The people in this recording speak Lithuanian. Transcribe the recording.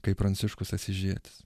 kaip pranciškus asyžietis